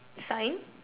sign